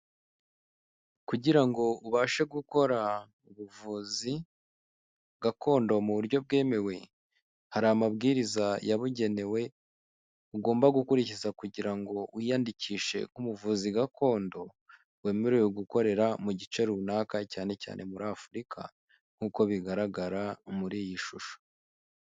Kugira ngo ubashe gukora ubuvuzi gakondo mu buryo bwemewe, hari amabwiriza yabugenewe ugomba gukurikiza kugira ngo wiyandikishe nk'umuvuzi gakondo, wemerewe gukorera mu gice runaka cyane cyane muri Afurika nk'uko bigaragara muri iyi shusho.